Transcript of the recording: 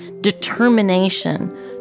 determination